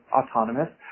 autonomous